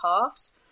halves